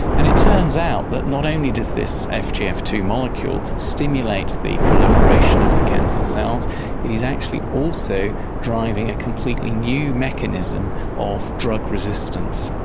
and it turns out that not only does this fgf two molecule stimulate the proliferation of the cancer cells it is actually also driving a completely new mechanism of drug resistance.